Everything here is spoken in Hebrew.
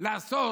לעשות